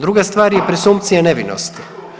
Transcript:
Druga stvar je presumpcija nevinosti.